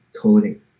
coding